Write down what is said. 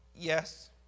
Yes